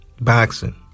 Boxing